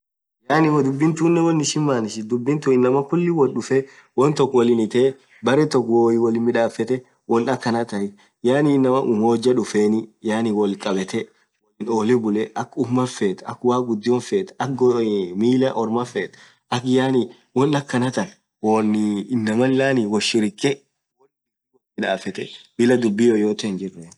yaani woo dhubin tunen won ishin manishithu dhubi tun inamaa khulii woth dhufee won tokk wolin ithee berre tokk woo wolin midhafetthe won akhanathi yaani inamaaa ummoja dhufen wolkhabete wolin olle bulee akhaa umaa fethu akha waq ghudio feth akha Mila orman feth akha yaani won akhana than wonni inamaan woth shirikhe won dhudhu woth midhafetthe Bila dhubi yoyote hinjree